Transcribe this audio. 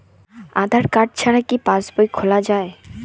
আধার card ছাড়া কি passbook খোলা যায়?